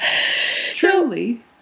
truly